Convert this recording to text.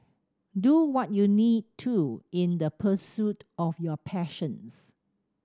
do what you need to in the pursuit of your passions